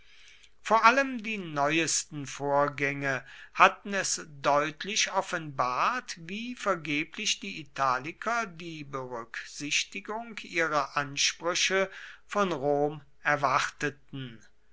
vor allem die neuesten vorgänge hatten es deutlich offenbart wie vergeblich die italiker die berücksichtigung ihrer ansprüche von rom erwarteten